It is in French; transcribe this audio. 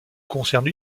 concerne